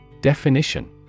Definition